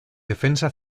defensa